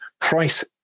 price